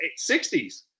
60s